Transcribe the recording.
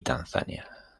tanzania